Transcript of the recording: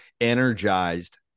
energized